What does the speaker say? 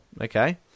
Okay